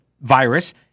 virus